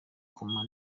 koma